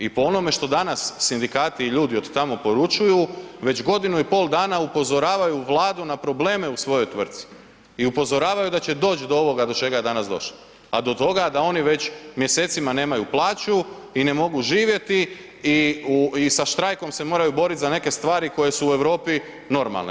I po onome što danas sindikati i ljudi od tamo poručuju, već godinu i pol dana upozoravaju Vladu na probleme u svojoj tvrtki i upozoravaju da će doći do ovoga do čega je danas došlo, a do toga da oni već mjesecima nemaju plaću i ne mogu živjeti i sa štrajkom se moraju boriti za neke stvari koje su u Europi normalne.